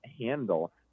handle